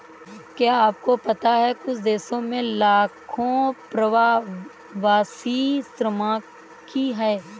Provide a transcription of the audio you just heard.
क्या आपको पता है कुछ देशों में लाखों प्रवासी श्रमिक हैं?